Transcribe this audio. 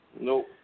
No